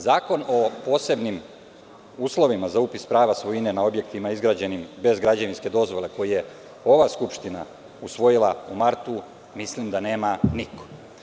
Zakon o posebnim uslovima za upis prava svojine na objektima izgrađenim bez građevinske dozvole, koji je ova skupština usvojila u martu, mislim da nema niko.